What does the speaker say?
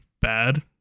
bad